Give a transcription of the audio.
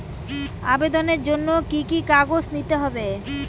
আবেদনের জন্য কি কি কাগজ নিতে হবে?